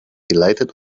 delighted